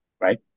right